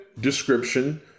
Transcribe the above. description